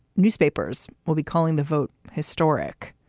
newspapers will be calling the vote historic.